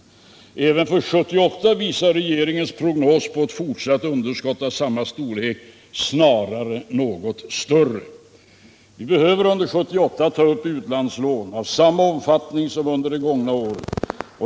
Även för 1978 visar regeringens prognos på ett fortsatt underskott av samma storlek eller snarare något större. Vi behöver under 1978 ta upp utlandslån av samma omfattning som under det gångna året.